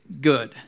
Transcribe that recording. good